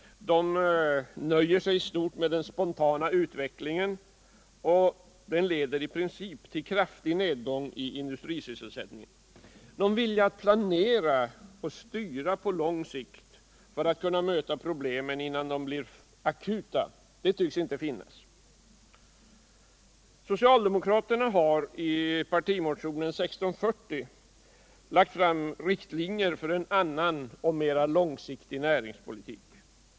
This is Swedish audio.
Man nöjer sig i stort med den spontana utvecklingen, som i princip leder till en kraftig nedgång i industrisysselsättningen. Någon vilja att planera och styra på lång sikt för att kunna möta problemen innan de blir akuta tycks inte finnas. I socialdemokraternas partimotion 1640 lägger vi fram riktlinjer för en annan och mer långsiktig näringspolitik.